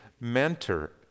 mentor